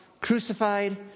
crucified